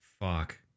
Fuck